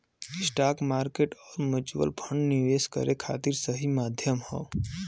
stock market आउर mutual fund निवेश करे खातिर सही माध्यम हौ